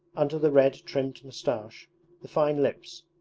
under the red trimmed moustache the fine lips,